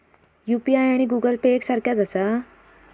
UPI आणि Google Pay एक सारख्याच आसा?